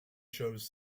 shows